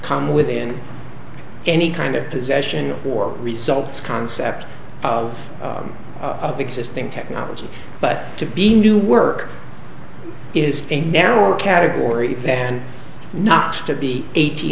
come within any kind of possession or results concept of existing technology but to be new work is a narrower category than not to be